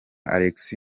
alex